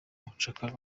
umucakara